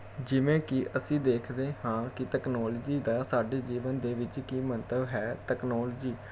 ਜਿਵੇਂ ਕਿ ਅਸੀਂ ਦੇਖਦੇ ਹਾਂ ਕਿ ਤਕਨੋਲਜੀ ਦਾ ਸਾਡੇ ਜੀਵਨ ਦੇ ਵਿੱਚ ਕੀ ਮਹੱਤਵ ਹੈ ਤਕਨੋਲਜੀ